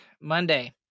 Monday